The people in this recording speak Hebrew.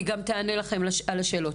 היא גם תענה לכם על השאלות.